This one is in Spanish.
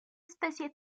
especie